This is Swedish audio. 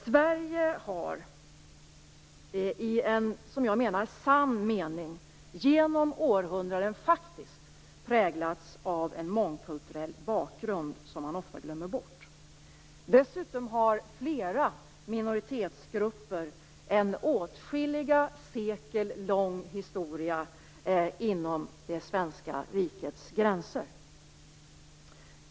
Sverige har i en, som jag menar, sann mening genom århundraden faktiskt präglats av en mångkulturell bakgrund som man ofta glömmer bort. Dessutom har flera minoritetsgrupper en åtskilliga sekel lång historia inom det svenska rikets gränser.